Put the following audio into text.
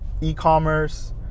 E-commerce